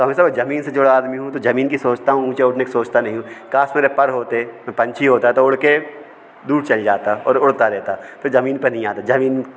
तो हमेशा मैं ज़मीन से जुड़ा आदमी हूँ तो ज़मीन की सोचता हूँ ऊंचा उठने की सोचता नहीं हूँ काश मेरे पर होते मैं पंछी होता तो उड़कर दूर चल जाता और उड़ता रहता फिर ज़मीन पर नहीं आता ज़मीन